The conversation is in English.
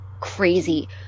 crazy